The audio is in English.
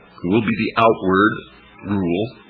who will be the outward rule,